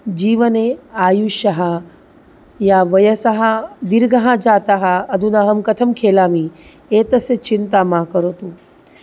जीवने आयुष्यं या वयसः दीर्घं जातं अधुना अहं कथं खेलामि एतस्य चिन्तां मा करोतु